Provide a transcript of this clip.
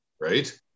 right